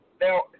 Now